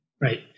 Right